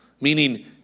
meaning